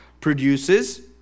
produces